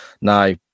Now